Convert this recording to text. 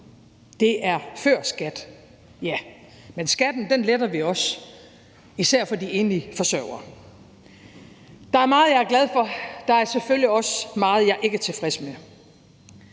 Det er før skat, ja, men skatten letter vi også, især for de enlige forsørgere. Der er meget, jeg er glad for. Der er selvfølgelig også meget, jeg ikke er tilfreds med.